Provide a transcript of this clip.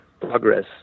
progress